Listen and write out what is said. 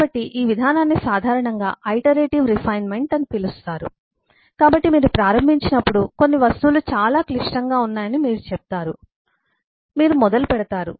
కాబట్టి ఈ విధానాన్ని సాధారణంగా ఐటరేటివ్ రిఫైన్మెంట్ అని పిలుస్తారు కాబట్టి మీరు ప్రారంభించినప్పుడు కొన్ని వస్తువులు చాలా క్లిష్టంగా ఉన్నాయని మీరు చెప్తారు కాబట్టి మీరు మొదలుపెడతారు